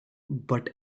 but